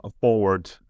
forward